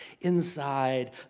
inside